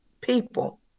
people